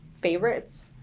favorites